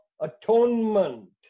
Atonement